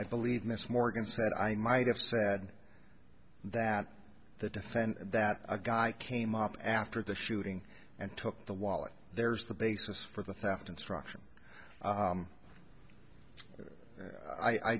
i believe miss morgan said i might have said that the defense that a guy came up after the shooting and took the wallet there's the basis for the theft instruction